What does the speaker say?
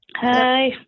Hi